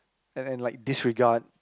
and and like disregard